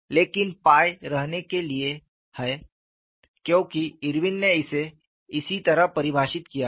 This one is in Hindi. लेकिन रहने के लिए है क्योंकि इरविन ने इसे इसी तरह परिभाषित किया है